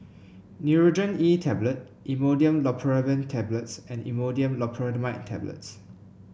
Nurogen E Tablet Imodium Loperamide Tablets and Imodium Loperamide Tablets